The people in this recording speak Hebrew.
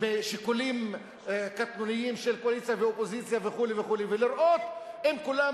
משיקולים קטנוניים של קואליציה ואופוזיציה וכו' ולראות אם כולם